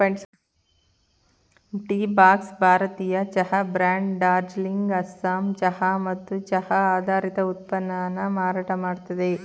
Teabox ಭಾರತೀಯ ಚಹಾ brand Darjeeling Assam ಚಹಾ ಮತ್ತು ಚಹಾ ಆಧಾರಿತ ಉತ್ಪನ್ನನ ಮಾರಾಟ ಮಾಡ್ತದೆ